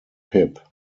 pip